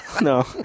No